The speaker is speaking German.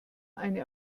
eine